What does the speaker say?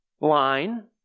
line